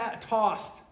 tossed